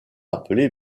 appelé